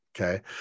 okay